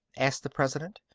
asked the president.